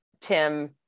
Tim